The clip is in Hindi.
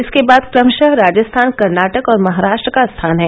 इसके बाद क्रमशः राजस्थान कर्नाटक और महराष्ट्र का स्थान है